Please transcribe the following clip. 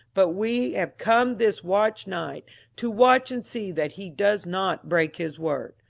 but we have come this watch night to watch and see that he does not break his word.